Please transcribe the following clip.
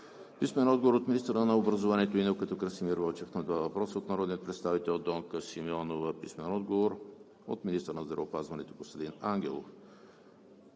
Гьоков; - министъра на образованието и науката Красимир Вълчев на два въпроса от народния представител Донка Симеонова; - министъра на здравеопазването Костадин Ангелов